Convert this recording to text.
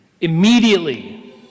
immediately